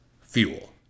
fuel